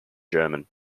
german